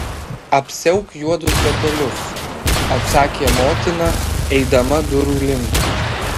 apsiauk juodus batelius atsakė motina eidama durų link